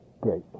great